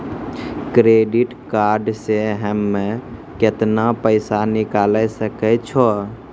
Credit card से हम्मे केतना पैसा निकाले सकै छौ?